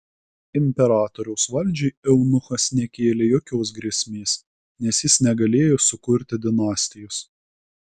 imperatoriaus valdžiai eunuchas nekėlė jokios grėsmės nes jis negalėjo sukurti dinastijos